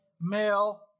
male